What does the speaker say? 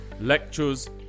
lectures